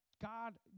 God